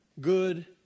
good